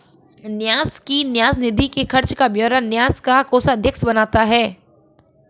न्यास की न्यास निधि के खर्च का ब्यौरा न्यास का कोषाध्यक्ष बनाता है